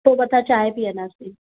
पोइ मथां चांहिं पीअंदासीं